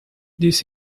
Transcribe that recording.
this